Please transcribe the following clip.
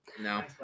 No